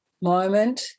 moment